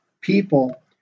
people